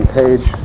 page